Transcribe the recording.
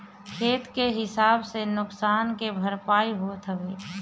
खेत के हिसाब से नुकसान के भरपाई होत हवे